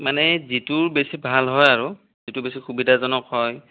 মানে যিটোৰ বেছি ভাল হয় আৰু যিটো বেছি সুবিধাজনক হয়